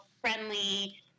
friendly